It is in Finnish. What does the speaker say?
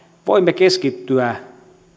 voimme keskittyä